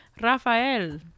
Rafael